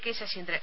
K Saseendran